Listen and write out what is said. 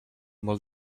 molt